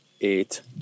eight